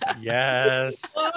Yes